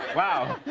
wow.